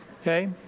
okay